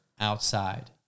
outside